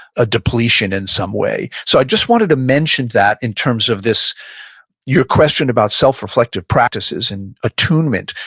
a depletion in some way. so i just wanted to mention that in terms of this your question about self reflective practices and attunement,